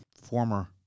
former